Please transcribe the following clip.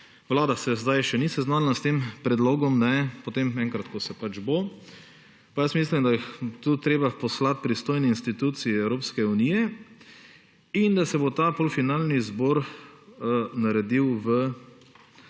Vlada se zdaj še ni seznanila s tem predlogom. Potem enkrat, ko se pač bo, pa mislim, da je tu treba poslati pristojni instituciji Evropske unije in da se bo ta polfinalni izbor naredil v